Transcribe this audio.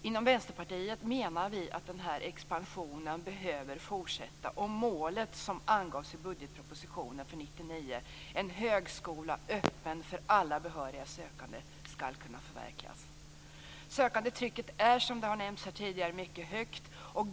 Inom Vänsterpartiet menar vi att den här expansionen behöver fortsätta, och målet som angavs i budgetpropositionen för 1999, en högskola öppen för alla behöriga sökande, skall kunna förverkligas. Sökandetrycket är, som har nämnts här tidigare, mycket högt.